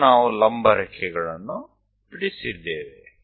ಈಗ ನಾವು ಲಂಬ ರೇಖೆಗಳನ್ನು ಬಿಡಿಸಿದ್ದೇವೆ